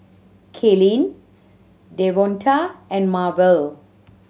Kaylyn Devonta and Marvel